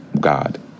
God